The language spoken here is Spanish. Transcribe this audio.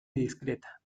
discreta